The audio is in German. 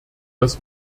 dass